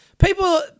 People